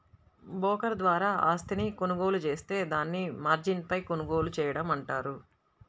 broker ద్వారా ఆస్తిని కొనుగోలు జేత్తే దాన్ని మార్జిన్పై కొనుగోలు చేయడం అంటారు